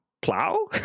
Plow